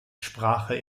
sprache